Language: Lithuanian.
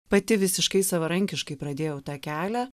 pati visiškai savarankiškai pradėjau tą kelią